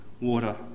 water